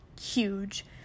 huge